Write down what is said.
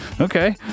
Okay